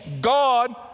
God